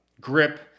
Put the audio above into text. grip